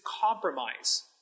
compromise